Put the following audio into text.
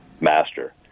master